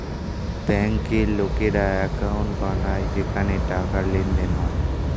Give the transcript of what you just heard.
ব্যাংকে লোকেরা অ্যাকাউন্ট বানায় যেখানে টাকার লেনদেন হয়